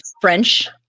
french